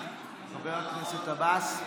חבר הכנסת עבאס,